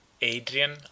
Adrian